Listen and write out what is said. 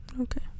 Okay